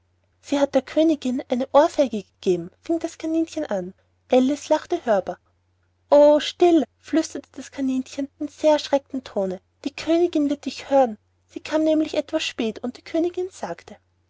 sie hat der königin eine ohrfeige gegeben fing das kaninchen an alice lachte hörbar oh still flüsterte das kaninchen in sehr erschreckten tone die königin wird dich hören sie kam nämlich etwas spät und die königin sagte